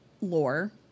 lore